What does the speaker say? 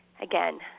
Again